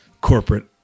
corporate